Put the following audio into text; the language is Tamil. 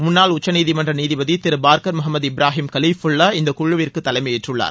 முன்னாள் உச்சநீதிமன்ற நீதிபதி திரு பார்க்கர் முகமது இப்ராஹிம் கலிஃபுல்லா இந்த குழுவிற்கு தலைமையேற்றுள்ளார்